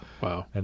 Wow